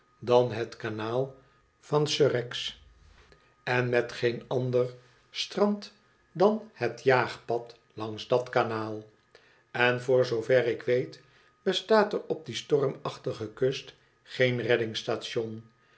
dan het kanaal van surrex en met geen ander strand dan het jaagpad langs dat kanaal en voor zoover ik weet bestaat er op die stormachtige kust geen